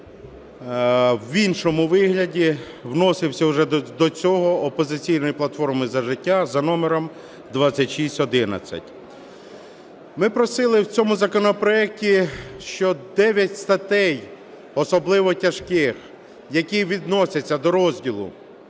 в іншому вигляді вносився вже до цього "Опозиційною платформою – За життя" за номером 2611. Ми просили в цьому законопроекті, що 9 статей особливо тяжких, які відносяться до розділу